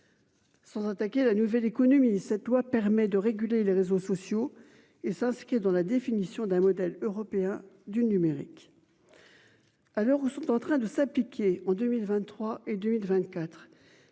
Attaquer la nouvelle économie. Cette loi permet de réguler les réseaux sociaux et ça, ce qui est dans la définition d'un modèle européen du numérique. Alors ou sont en train de s'appliquer en 2023 et 2024.